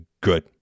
good